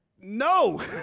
No